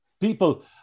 People